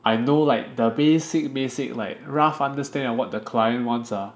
I know like the basic basic like rough understanding of what the client wants ah